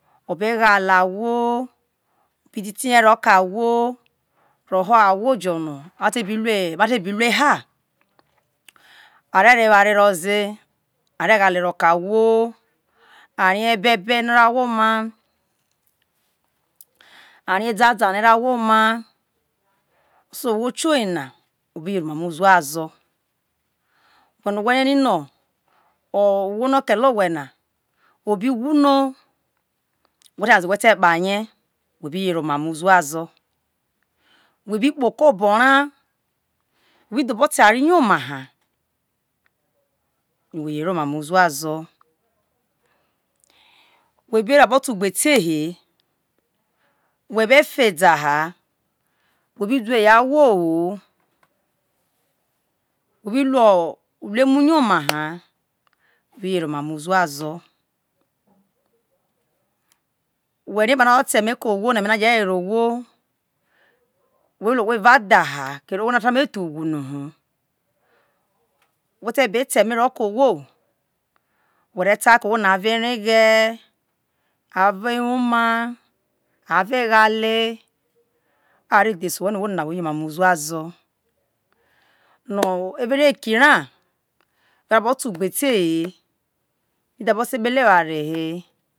Bi di the ro ke awho wo ho awho jo no ate uma te bi lu ena are ro eware roze are ghale eoke ahwo arie ebebe no oro ahwo oma arie edada no ero ahwo oma so owho tio ye na obi yere oma mo uzuazu we no we rie ni no owho no okele owhe ne obi wino whe te kpa ye whe bi yere omamo uzuazo whe bi kpo oko obo ra whe bi dho bo te oware goma na whe bi yere ema mo uzuazu we bi ra abo te ugbete he we be fa eda ha we be duo eya ahwo ho we be luo uluemu ya ha we rie epano aro ta eme ko owho no eme na je were owho we lu owho eva dhaha kere owho na ta no me thu wu noho we te eme ro ko owho we re ta ro ke owho na a vo ereghe aro ewoma avo aghale aro dhese owhe no owho nana o biye emamo uzuazu no eva oria eki ra wo ro bo te ugbete ete ne sho bo fi ikpele eware he